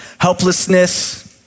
helplessness